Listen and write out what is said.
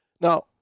Now